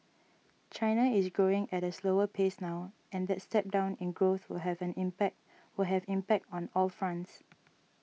China is growing at a slower pace now and that step down in growth will have impact will have impact on all fronts